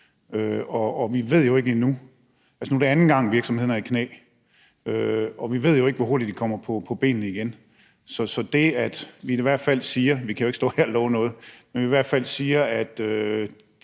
Og vi ved det jo ikke endnu. Nu er det anden gang, virksomhederne er i knæ, og vi ved jo ikke, hvor hurtigt de kommer på benene igen. Vi kan jo ikke stå her og love noget, men vi kan sige, at